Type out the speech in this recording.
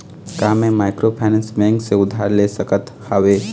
का मैं microfinance bank से उधार ले सकत हावे?